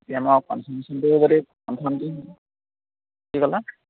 তেতিয়া মই কনফাৰ্মেশ্যনটো যদি কনফাৰ্মটো কি ক'লা